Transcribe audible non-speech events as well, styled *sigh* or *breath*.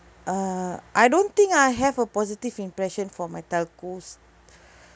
uh I don't think I have a positive impression for my telcos *breath*